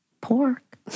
pork